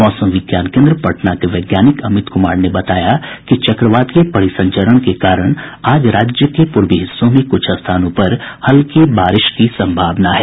मौसम विज्ञान केन्द्र पटना के वैज्ञानिक अमित कुमार ने बताया कि चक्रवातीय परिसंचरण के कारण आज राज्य के पूर्वी हिस्सों में क्छ स्थानों पर हल्की बारिश की संभावना है